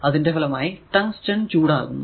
അതിന്റെ ഫലമായി ടങ്സ്റ്റൻ ചൂട് ആകുന്നു